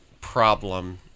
problem